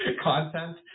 content